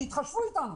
שיתחשבו בנו,